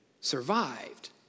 survived